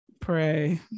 pray